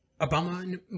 Obama